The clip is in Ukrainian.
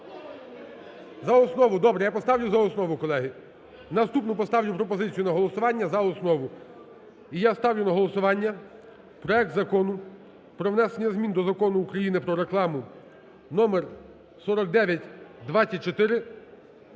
За основу, добре, я поставлю за основу, колеги. Наступну поставлю пропозицію на голосування за основу. І я ставлю на голосування проект Закону про внесення змін до Закону України "Про рекламу" (номер 4924),